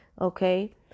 Okay